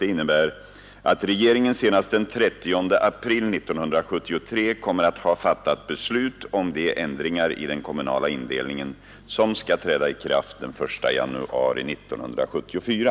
Det innebär att regeringen senast den 30 april 1973 kommer att ha fattat beslut om de ändringar i den kommunala indelningen som skall träda i kraft den 1 januari 1974.